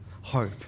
hope